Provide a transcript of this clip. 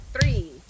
three